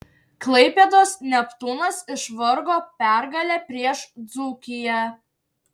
klaipėdos neptūnas išvargo pergalę prieš dzūkiją